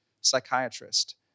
psychiatrist